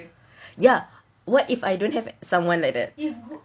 ya what if I don't have someone like that